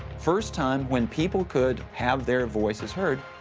first time when people could have their voices heard,